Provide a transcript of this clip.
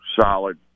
solid